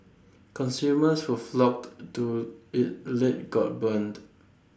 consumers who flocked to IT late got burned